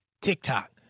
TikTok